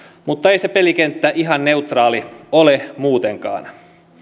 mutta ei se pelikenttä ihan neutraali ole muutenkaan